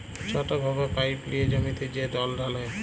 ছট ভাবে পাইপ লিঁয়ে জমিতে যে জল ঢালে